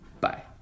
bye